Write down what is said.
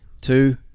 two